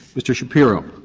mr shapiro?